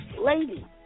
lady